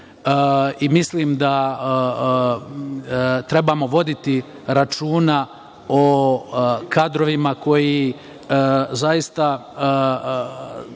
i mislim da trebamo voditi računa o kadrovima koji zaista